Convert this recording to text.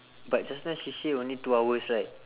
but just now she say only two hours right